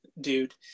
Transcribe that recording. dude